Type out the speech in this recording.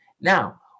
now